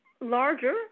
larger